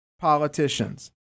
politicians